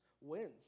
wins